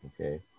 Okay